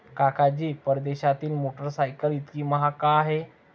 काका जी, परदेशातील मोटरसायकल इतकी महाग का आहे?